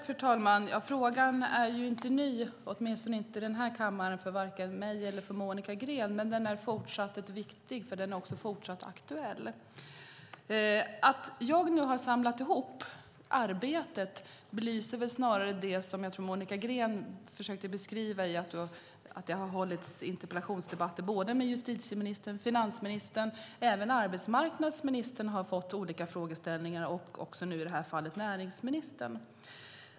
Fru talman! Frågan är ju inte ny, åtminstone inte i den här kammaren, för vare sig mig eller Monica Green, men den är fortsatt viktig därför att den också är fortsatt aktuell. Att jag nu har samlat ihop arbetet belyser snarare det som jag tror att Monica Green försökte beskriva, att det har hållits interpellationsdebatter både med justitieministern och med finansministern. Även arbetsmarknadsministern har fått olika frågeställningar och i det här fallet näringsministern.